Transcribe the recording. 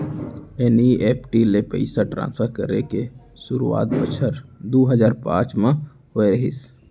NEFT ले पइसा transfer करे के सुरूवात बछर दू हजार पॉंच म होय रहिस हे